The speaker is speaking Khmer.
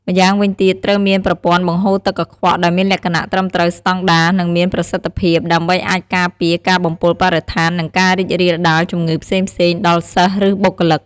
ម្យ៉ាងវិញទៀត ត្រូវមានប្រព័ន្ធបង្ហូរទឹកកខ្វក់ដែលមានលក្ខណៈត្រឹមត្រូវស្តង់ដា និងមានប្រសិទ្ធភាព ដើម្បីអាចការពារការបំពុលបរិស្ថាន និងការរីករាលដាលជំងឺផ្សេងៗដល់សិស្សឬបុគ្គលិក។